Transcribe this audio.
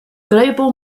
global